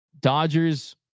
Dodgers